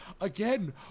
Again